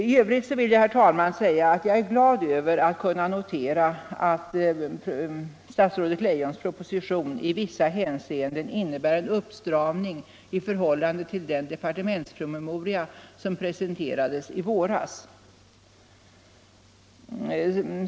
I övrigt vill jag, herr talman, säga att jag är glad över att kunna notera att statsrådet Leijons proposition i vissa hänseenden innebär en uppstramning i förhållande till den departementspromemoria som presenterades i våras.